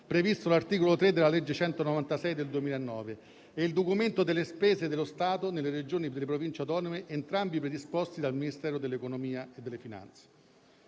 previsto dall'articolo 3 della legge n. 196 del 2009, e il documento delle spese dello Stato nelle Regioni e nelle Province autonome, entrambi predisposti dal Ministero dell'economia e delle finanze.